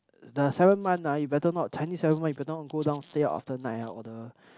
the seven month ah you better not Chinese seven month you cannot go downstair after night or the